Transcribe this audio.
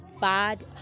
bad